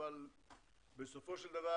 אבל בסופו של דבר